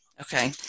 Okay